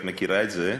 את מכירה את זה,